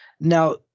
Now